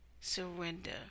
surrender